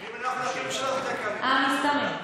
המסתמנת.